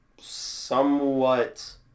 somewhat